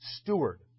steward